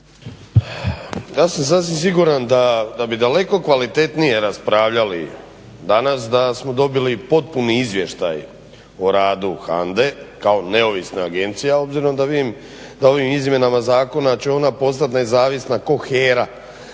Ja sam sasvim siguran da bi daleko kvalitetnije raspravljali danas da smo dobili potpuni izvještaj o radu HANDA-e kao neovisne agencije. Obzirom da ovim izmjenama zakona će ona postat nezavisna ko HERA